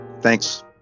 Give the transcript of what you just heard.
Thanks